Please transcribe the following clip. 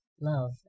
love